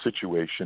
situation